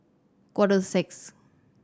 quarter to six